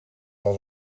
was